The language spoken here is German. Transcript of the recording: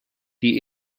die